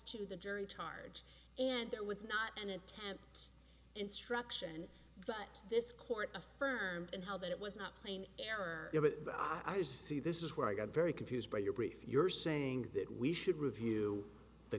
to the jury charge and that was not an attempt instruction but this court affirmed and how that it was not plain error i do see this is where i got very confused by your brief you're saying that we should review the